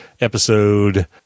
episode